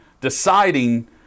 deciding